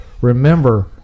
Remember